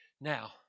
Now